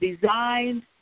designed